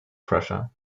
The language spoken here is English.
pressure